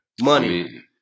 Money